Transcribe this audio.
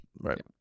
right